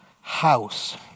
house